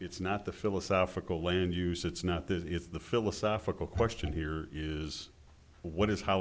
it's not the philosophical land use it's not this is the philosophical question here is what is how